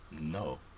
No